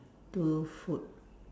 two food